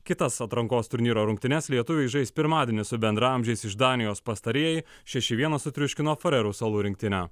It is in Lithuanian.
kitas atrankos turnyro rungtynes lietuviai žais pirmadienį su bendraamžiais iš danijos pastarieji šeši vienas sutriuškino farerų salų rinktinę